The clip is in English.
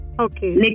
Okay